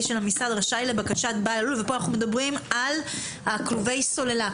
של המשרד רשאי לבקשת בעל הלול וכאן אנחנו מדברים כלובי הסוללה,